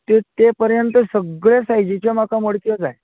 ते ते पर्यंत सगळे सायजीचे म्हाका मडक्यो जाय